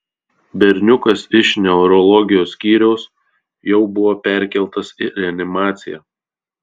berniukas iš neurologijos skyriaus jau buvo perkeltas į reanimaciją